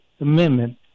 amendment